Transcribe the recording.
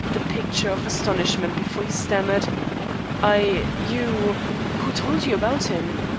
the picture of astonishment, before he stammered i you who told you about him?